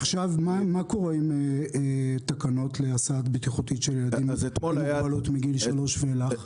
מה קורה עם תקנות להסעה בטיחותית של ילדים עם מוגבלות מגיל שלוש ואילך?